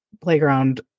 playground